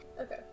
Okay